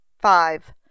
Five